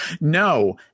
No